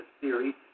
theory